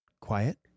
quiet